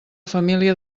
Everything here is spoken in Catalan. família